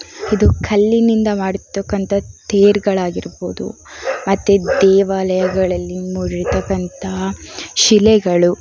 ಇದು ಕಲ್ಲಿನಿಂದ ಮಾಡಿರತಕ್ಕಂತಹ ತೇರುಗಳಾಗಿರ್ಬೋದು ಮತ್ತು ದೇವಾಲಯಗಳಲ್ಲಿ ಮೂಡಿರತಕ್ಕಂತಹ ಶಿಲೆಗಳು